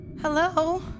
Hello